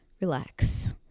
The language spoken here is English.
relax